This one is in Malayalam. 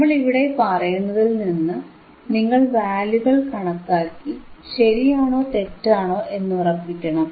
നമ്മളിവിടെ പറയുന്നതിൽനിന്ന് നിങ്ങൾ വാല്യൂകൾ കണക്കാക്കി ശരിയാണോ തെറ്റാണോ എന്നുറപ്പിക്കണം